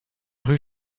rue